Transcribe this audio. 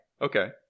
Okay